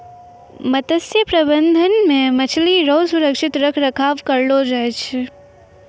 मत्स्य प्रबंधन मे मछली रो सुरक्षित रख रखाव करलो जाय छै